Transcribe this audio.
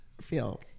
feel